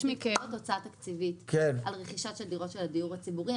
יש עוד הוצאה תקציבית על רכישה של דירות של הדיור הציבורי.